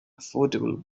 affordable